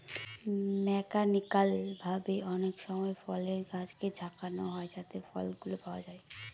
mechanical ভাবে অনেকসময় ফলের গাছকে ঝাঁকানো হয় যাতে ফলগুলো পাওয়া যায়